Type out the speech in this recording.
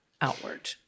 outward